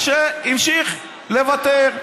שנייה,